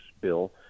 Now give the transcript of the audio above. Bill